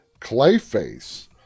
Clayface